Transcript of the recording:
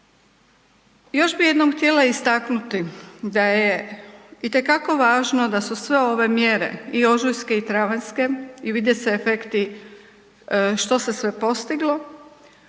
Još bih jednom htjela istaknuti da je, itekako važno da su sve ove mjere i ožujske i travanjske i vide se efekti što se sve postiglo,